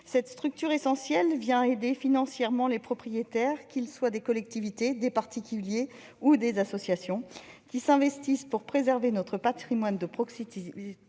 Cette structure essentielle vient aider financièrement les propriétaires, qu'il s'agisse de collectivités, de particuliers ou d'associations, qui s'investissent pour préserver notre patrimoine de proximité non